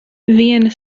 viena